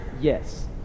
Yes